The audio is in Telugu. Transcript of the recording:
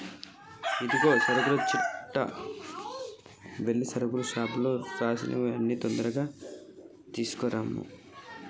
ఇదిగో సరుకుల చిట్టా ఎల్లి సరుకుల షాపులో రాసినవి అన్ని తొందరగా కట్టమను